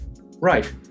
Right